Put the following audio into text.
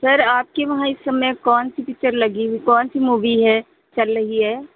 sir आपके वहाँ इस समय कौन सी पिक्चर लगी हुई कौन सी मूवी है चल रही है